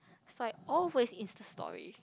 so I always Insta Story